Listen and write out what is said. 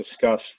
discuss